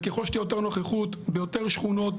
ככל שתהיה יותר נוכחות ביותר שכונות,